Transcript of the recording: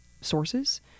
sources